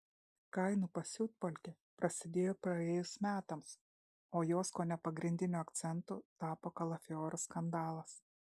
kainų pasiutpolkė prasidėjo praėjus metams o jos kone pagrindiniu akcentu tapo kalafiorų skandalas